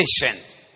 patient